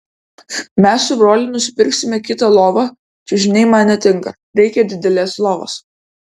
mes su broliu nusipirksime kitą lovą čiužiniai man netinka reikia didelės lovos